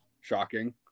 Shocking